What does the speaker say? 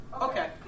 Okay